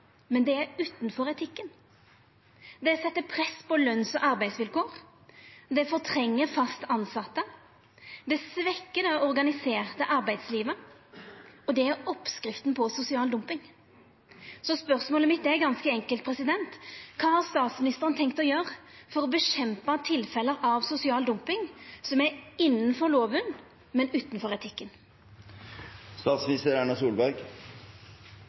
men det er utanfor etikken. Det set press på løns- og arbeidsvilkår, det fortrengjer fast tilsette, det svekkjer det organiserte arbeidslivet, og det er oppskrifta på sosial dumping. Spørsmålet mitt er ganske enkelt: Kva har statsministeren tenkt å gjera for å motverka tilfelle av sosial dumping som er innanfor lova, men utanfor